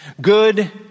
good